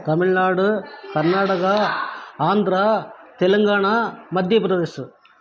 Tamil Nadu Karnataka Andhra Telangana Madhya Pradesh